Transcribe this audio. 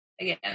again